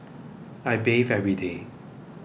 I bathe every day